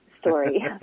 Story